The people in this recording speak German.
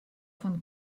von